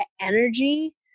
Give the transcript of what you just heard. energy